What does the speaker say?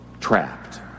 trapped